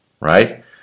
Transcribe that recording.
right